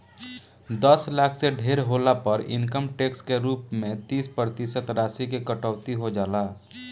दस लाख से ढेर होला पर इनकम टैक्स के रूप में तीस प्रतिशत राशि की कटौती हो जाला